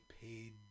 paid